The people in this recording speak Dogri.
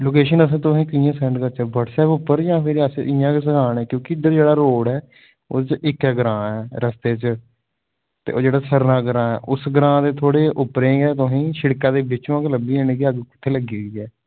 लोकेशन अस तुसेंगी कियां सैंड करचै व्हाट्सएप उप्पर जां अस इंया गै सनाने आं क्योंकि जेह्ड़ा इद्धर रोड़ ऐ ओह्दे इक्कै ग्रांऽ ऐ रस्ते च ओह् सरना ग्रां ऐ उस ग्रां दे उप्परें गै तुसें ई शिड़कै दे बिचों गै लब्भी जानी की अग्ग तुसेंगी कुत्थें लग्गी दी ऐ